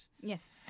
Yes